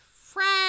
friend